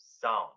sound